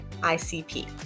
ICP